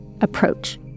approach